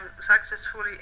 successfully